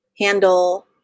handle